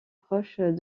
proche